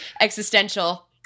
existential